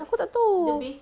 aku tak tahu